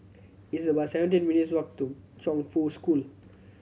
it's about seventeen minutes' walk to Chongfu School